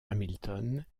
hamilton